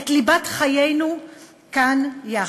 את ליבת חיינו כאן יחד.